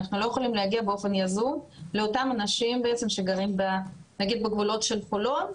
אנחנו לא יכולים להגיע באופן יזום לנמלטי מלחמה שגרים בגבולות חולון.